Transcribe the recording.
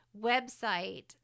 website